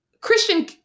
Christian